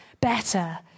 better